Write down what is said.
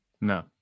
No